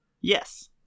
Yes